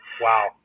Wow